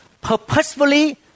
purposefully